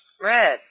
Red